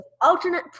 alternate